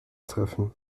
treffen